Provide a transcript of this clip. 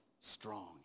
strong